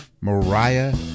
Mariah